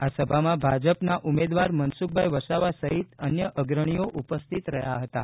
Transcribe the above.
આ સભામાં ભાજપના ઉમેદવાર મનસુખ વસાવા સહિત અન્ય અગ્રણીઓ ઉપસ્થિત રહ્યાં હતાં